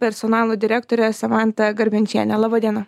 personalo direktore samanta garbenčiene laba diena